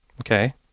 Okay